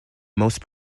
most